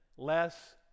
less